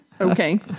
okay